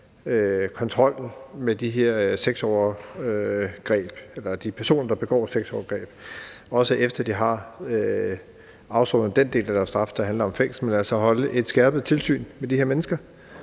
kontrollen med de her personer, der begår sexovergreb – også efter at de har afsonet den del af deres straf, der handler om fængsel – men altså holde et skærpet tilsyn med de her mennesker.